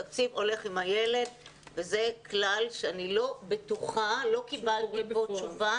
תקציב הולך עם הילד וזה כלל שלא קיבלתי כאן תשובה